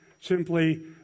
simply